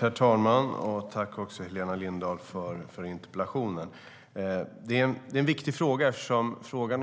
Herr talman! Tack, Helena Lindahl, för interpellationen! Det här är en viktig fråga, eftersom